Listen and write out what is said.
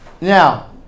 Now